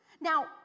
Now